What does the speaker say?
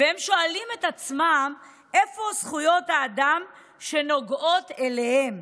והם שואלים את עצמם איפה זכויות האדם שנוגעות אליהם.